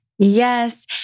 Yes